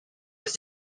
was